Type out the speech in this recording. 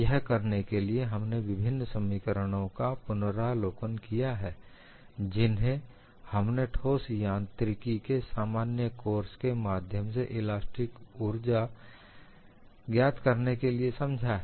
यह करने के लिए हमने विभिन्न समीकरणों का पुनरावलोकन किया है जिन्हें हमने ठोस यांत्रिकी के सामान्य कोर्स के माध्यम से इलास्टिक स्ट्रेन ऊर्जा ज्ञात करने के लिए समझा है